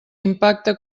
impacte